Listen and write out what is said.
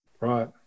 Right